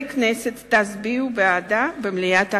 עמיתי חברי הכנסת, תצביעו בעדה במליאת הכנסת.